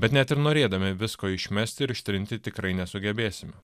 bet net ir norėdami visko išmesti ir ištrinti tikrai nesugebėsime